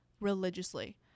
religiously